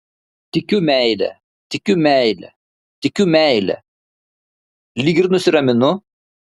tikiu meile tikiu meile tikiu meile lyg ir nusiraminu